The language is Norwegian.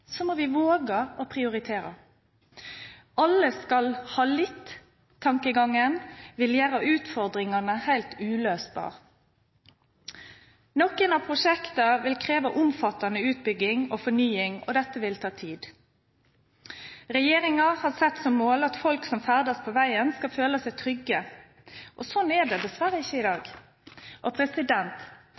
må vi våge å prioritere. Alle-skal-ha-litt-tankegangen vil gjøre utfordringene helt uløselige. Noen av prosjektene vil kreve omfattende utbygging og fornying, og dette vil ta tid. Regjeringen har satt som mål at folk som ferdes på veien, skal føle seg trygge. Sånn er det dessverre ikke i dag.